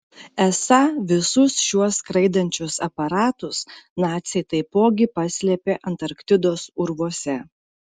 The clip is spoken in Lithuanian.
esą visus šiuos skraidančius aparatus naciai taipogi paslėpė antarktidos urvuose